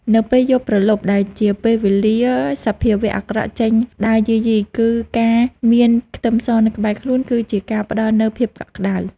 នៅពេលយប់ព្រលប់ដែលជាពេលវេលាសភាវៈអាក្រក់ចេញដើរយាយីគឺការមានខ្ទឹមសនៅក្បែរខ្លួនគឺជាការផ្ដល់នូវភាពកក់ក្តៅ។